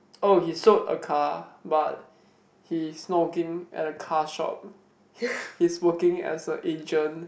oh he sold a car but he is not working at a car shop he's working as a agent